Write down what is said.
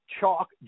Chalk